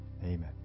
Amen